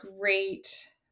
great